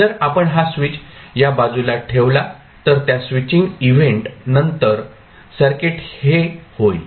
जर आपण हा स्विच या बाजूला ठेवला तर त्या स्विचिंग इव्हेंट नंतर सर्किट हे होईल